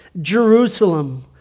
Jerusalem